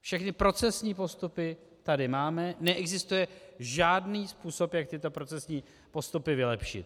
Všechny procesní postupy tady máme, neexistuje žádný způsob, jak tyto procesní postupy vylepšit.